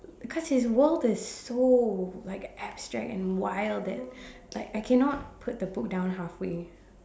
cause his world is so like abstract and wild that like I cannot put the book down halfway